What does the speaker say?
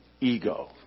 ego